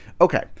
Okay